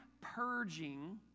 purging